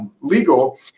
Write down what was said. legal